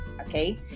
okay